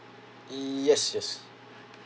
yes yes